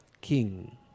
king